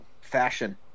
fashion